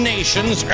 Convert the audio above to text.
Nations